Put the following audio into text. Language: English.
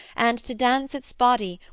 and to dance its body,